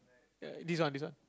ya this one this one